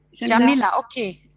jamila, ahh, okay.